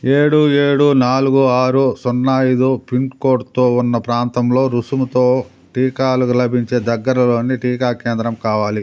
ఏడు ఏడు నాలుగు ఆరు సున్నా ఐదు పిన్కోడ్తో ఉన్న ప్రాంతంలో రుసుముతో టీకాలగు లభించే దగ్గరలోని టీకా కేంద్రం కావాలి